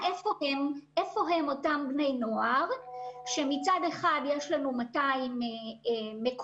הרבה מאוד מבני הנוער בסיכון מאותרים במסגרות - יועצת של בית הספר,